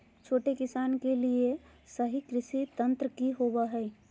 छोटे किसानों के लिए सही कृषि यंत्र कि होवय हैय?